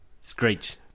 Screech